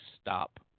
stop